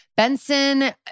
Benson